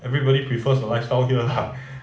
everybody prefers the lifestyle here lah